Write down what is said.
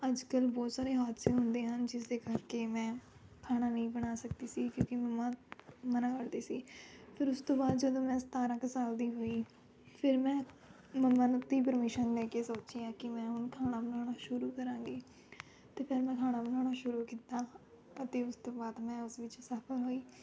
ਅੱਜ ਕੱਲ੍ਹ ਬਹੁਤ ਸਾਰੇ ਹਾਦਸੇ ਹੁੰਦੇ ਹਨ ਜਿਸਦੇ ਕਰਕੇ ਮੈਂ ਖਾਣਾ ਨਹੀਂ ਬਣਾ ਸਕਦੀ ਸੀ ਕਿਉਂਕਿ ਮੰਮਾ ਮਨ੍ਹਾ ਕਰਦੇ ਸੀ ਫਿਰ ਉਸ ਤੋਂ ਬਾਅਦ ਜਦੋਂ ਮੈਂ ਸਤਾਰਾਂ ਕੁ ਸਾਲ ਦੀ ਹੋਈ ਫਿਰ ਮੈਂ ਮੰਮਾ ਦੀ ਪ੍ਰਮਿਸ਼ਨ ਲੈ ਕੇ ਸੋਚਿਆ ਕਿ ਮੈਂ ਹੁਣ ਖਾਣਾ ਬਣਾਉਣਾ ਸ਼ੁਰੂ ਕਰਾਂਗੀ ਅਤੇ ਫਿਰ ਮੈਂ ਖਾਣਾ ਬਣਾਉਣਾ ਸ਼ੁਰੂ ਕੀਤਾ ਅਤੇ ਉਸ ਤੋਂ ਬਾਅਦ ਮੈਂ ਉਸ ਵਿੱਚ ਸਫ਼ਲ ਹੋਈ